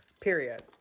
Period